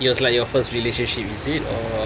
it was like your first relationship is it or